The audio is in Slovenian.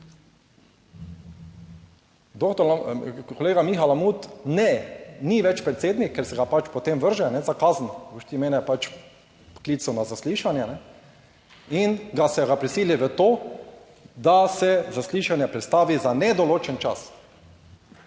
Kolega Miha Lamut ni več predsednik, ker se ga pač potem vrže za kazen, boš ti mene pač poklical na zaslišanje in da se ga prisili v to, da se zaslišanje prestavi za nedoločen čas,